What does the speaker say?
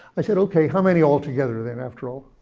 i said, ok, how many altogether then after all?